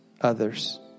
others